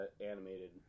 animated